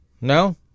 No